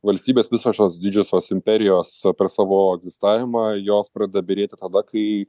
valstybės visos šios didžiosios imperijos per savo egzistavimą jos pradeda byrėti tada kai